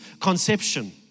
conception